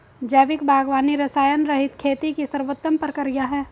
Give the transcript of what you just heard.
जैविक बागवानी रसायनरहित खेती की सर्वोत्तम प्रक्रिया है